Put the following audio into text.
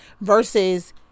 versus